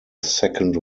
second